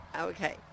Okay